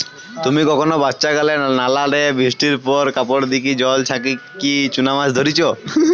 তুমি কখনো বাচ্চাকালে নালা রে বৃষ্টির পর কাপড় দিকি জল ছাচিকি চুনা মাছ ধরিচ?